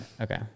Okay